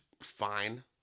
fine